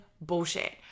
bullshit